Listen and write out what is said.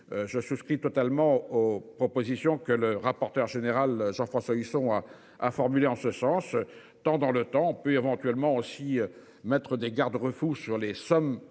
Je souscris totalement aux propositions que le rapporteur général Jean-François Husson à formuler en ce sens tant dans le temps, on peut éventuellement aussi mettre des garde-refuge sur les sommes